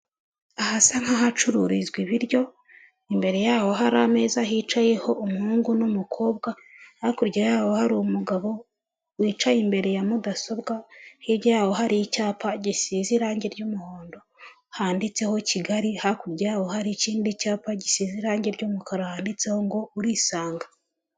Ahasa nk'ahacururizwa ibiryo, imbere yaho hari ameza hicayeho umuhungu n'umukobwa, hakurya yaho hari umugabo wicaye imbere ya mudasobwa, hirya yaho hari icyapa gisize irangi ry'umuhondo handitseho Kigali, hakurya yaho hari ikindi cyapa gisize irangi ry'umukara handitseho ngo urisanga.